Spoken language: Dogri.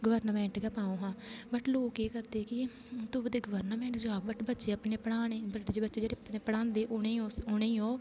गवर्नामेंट गै पाओ हां बट लोक केह् करदे कि तुपदे गवर्नामेंट जाॅव बट बच्चे अपने पढाने जिंहे बच्चे गी पढांदे उंहेगी ओह्